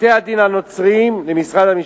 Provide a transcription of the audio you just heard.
בתי-הדין הנוצריים, למשרד המשפטים.